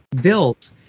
built